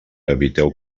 eviteu